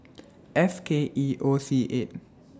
F K E O C eight